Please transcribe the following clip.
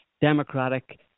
democratic